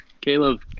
Caleb